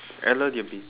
I let you be